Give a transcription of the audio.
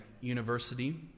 university